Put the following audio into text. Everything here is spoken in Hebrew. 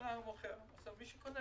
מי שקונה